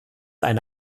eine